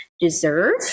deserve